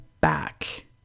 back